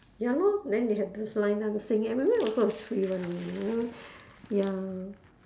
ya lor then they have this line dancing everywhere also is free [one] ya